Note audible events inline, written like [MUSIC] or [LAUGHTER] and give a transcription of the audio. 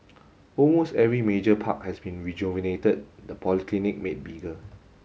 [NOISE] almost every major park has been rejuvenated the polyclinic made bigger